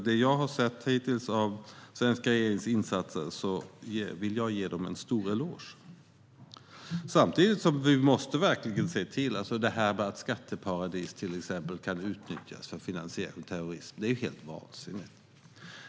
Det jag har sett hittills av den svenska regeringens insatser gör att jag vill ge regeringen en stor eloge. Att skatteparadis till exempel kan utnyttjas för finansiell terrorism är helt vansinnigt.